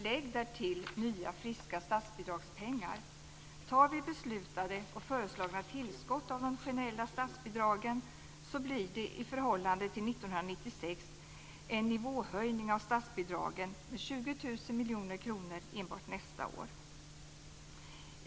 Lägg därtill nya friska statsbidragspengar. Tar vi beslutade och föreslagna tillskott av de generella statsbidragen blir det, i förhållande till 1996 års nivå, en höjning av statsbidragen med 20 000 miljoner kronor enbart nästa år.